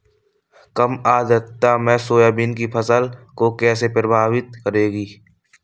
कम आर्द्रता मेरी सोयाबीन की फसल को कैसे प्रभावित करेगी?